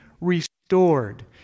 restored